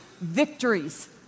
victories